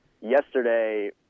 yesterday